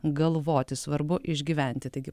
galvoti svarbu išgyventi taigi